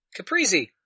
Caprizi